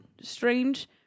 strange